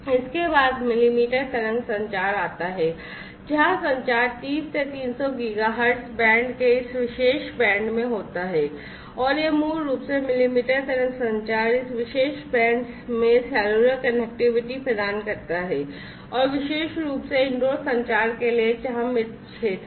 इसके बाद मिलीमीटर तरंग संचार आता है जहां संचार 30 से 300 Giga hertz बैंड के इस विशेष बैंड में होता है और यह मूल रूप से मिलीमीटर तरंग संचार इस विशेष बैंड में सेलुलर कनेक्टिविटी प्रदान करता है और विशेष रूप से इनडोर संचार के लिए जहां मृत क्षेत्र हैं